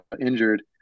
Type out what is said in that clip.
injured